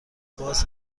باز